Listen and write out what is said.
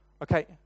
Okay